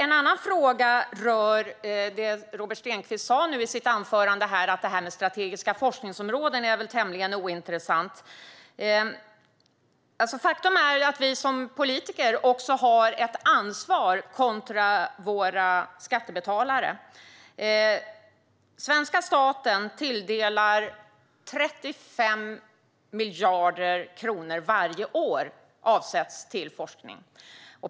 En annan fråga rör det Robert Stenkvist sa i sitt anförande, att detta med strategiska forskningsområden väl är tämligen ointressant. Faktum är att vi som politiker har ett ansvar gentemot våra skattebetalare. Svenska staten avsätter varje år 35 miljarder kronor till forskning.